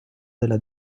della